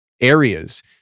areas